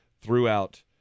throughout